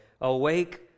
Awake